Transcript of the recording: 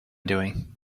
doing